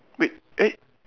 wait eh